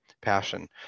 passion